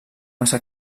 massa